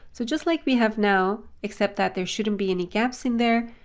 so just like we have now, except that there shouldn't be any gaps in there,